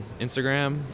instagram